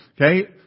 okay